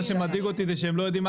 מה שמדאיג אותי זה שהם לא יודעים מה